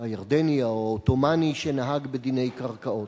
הירדני, או העות'מאני, שנהג בדיני קרקעות.